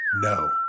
No